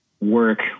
work